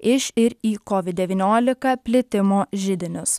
iš ir į kovid devyniolika plitimo židinius